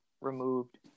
removed